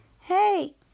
hey